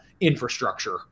infrastructure